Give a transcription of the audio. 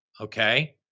Okay